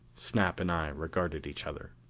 snap and i regarded each other.